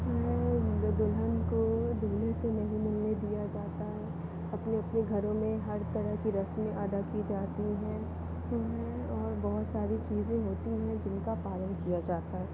यहाँ दुल्हन को दुल्हे से नहीं मिलने दिया जाता है अपने अपने घरों में हर तरह की रस्में अदा की जाती हैं और बहुत सारी चीज़ें होती हैं जिनका पालन किया जाता है